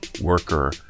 worker